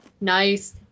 Nice